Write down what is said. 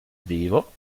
vivo